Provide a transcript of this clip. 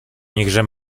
niechże